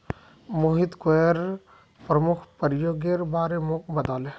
Mohit coir प्रमुख प्रयोगेर बारे मोक बताले